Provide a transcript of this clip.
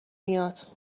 میاد